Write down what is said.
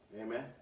Amen